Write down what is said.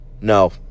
No